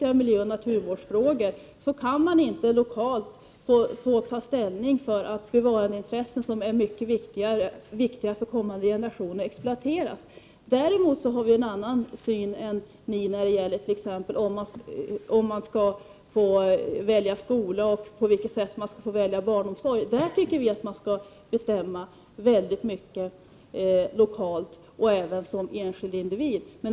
I miljöoch naturvårdsfrågor kan man inte lokalt få fälla avgörandet när det gäller exploatering av bevarandeintressen som är mycket viktiga för kommande generationer. Vi har också en annan uppfattning när det gäller valet av skola och barnomsorg. Där tycker vi att väldigt många beslut skall kunna fattas lokalt eller av den enskilde individen.